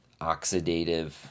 oxidative